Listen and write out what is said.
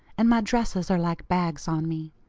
and my dresses are like bags on me.